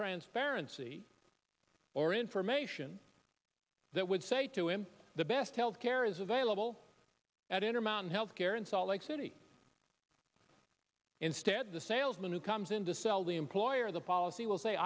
transparency or information that would say to him the best health care is available at inner mountain health care in salt lake city instead the salesman who comes in to sell the employer the policy will say